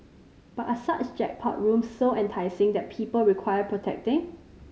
but are such jackpot rooms so enticing that people require protecting